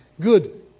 good